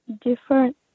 Different